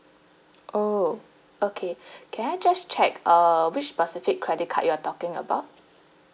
oh okay can I just check uh which specific credit card you're talking about